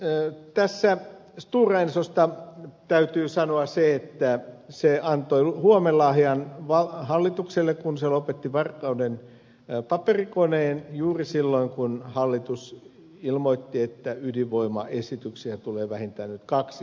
tässä stora ensosta täytyy sanoa se että se antoi huomenlahjan hallitukselle kun se lopetti varkauden paperikoneen juuri silloin kun hallitus ilmoitti että ydinvoimaesityksiä tulee vähintään nyt kaksi kappaletta